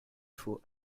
faut